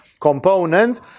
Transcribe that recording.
components